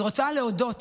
אני רוצה להודות